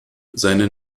seine